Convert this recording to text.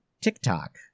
TikTok